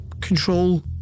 control